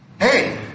Hey